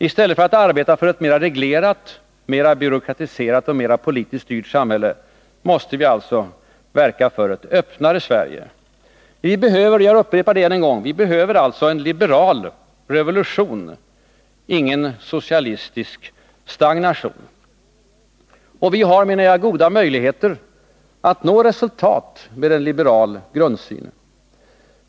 I stället för att arbeta för ett mera reglerat, mera byråkratiserat och mera politiskt styrt samhälle måste vi alltså verka för ett öppnare Sverige. Vi behöver — jag upprepar det — en liberal revolution, ingen socialistisk stagnation. Och vi har, menar jag, goda möjligheter att nå resultat med en liberal grundsyn.